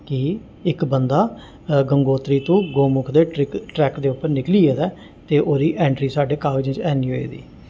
कि इक बंदा गंगोत्री तू गौमुख दे ट्रिक ट्रैक दे उप्पर निकली गेदा ऐ ते ओह्दी एंट्री साढ़े कागजें च ऐनी होई दी